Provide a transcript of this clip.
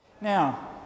Now